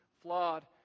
flawed